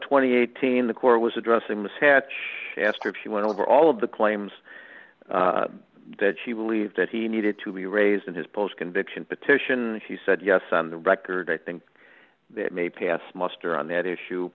and eighteen the court was addressing this hatch i asked her if she went over all of the claims that she believed that he needed to be raised in his post conviction petition and she said yes on the record i think that may pass muster on that issue